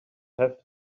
have